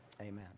amen